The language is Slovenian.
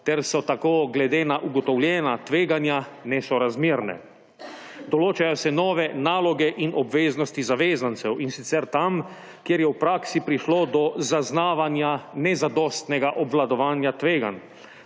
ter so tako glede na ugotovljena tveganja nesorazmerne. Določajo se nove naloge in obveznosti zavezancev, in sicer tam, kjer je v praksi prišlo do zaznavanja nezadostnega obvladovanja tveganj.